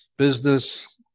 business